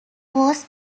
was